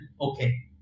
okay